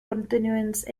continuance